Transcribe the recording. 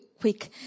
quick